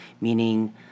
meaning